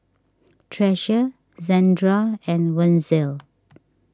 Treasure Zandra and Wenzel